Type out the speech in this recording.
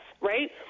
Right